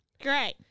Great